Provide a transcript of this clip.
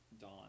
Dawn